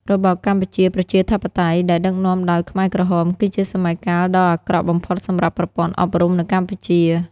របបកម្ពុជាប្រជាធិបតេយ្យ ដែលដឹកនាំដោយខ្មែរក្រហម គឺជាសម័យកាលដ៏អាក្រក់បំផុតសម្រាប់ប្រព័ន្ធអប់រំនៅកម្ពុជា។